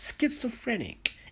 Schizophrenic